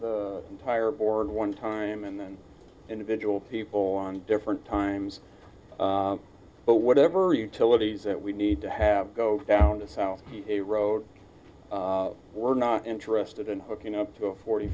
the entire board one time and then individual people on different times but whatever utilities that we need to have go down to sow a road we're not interested in hooking up to a forty